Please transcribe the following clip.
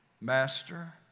Master